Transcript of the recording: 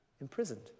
imprisoned